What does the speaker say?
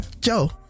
Joe